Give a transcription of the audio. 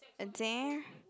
a dare